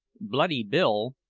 bloody bill,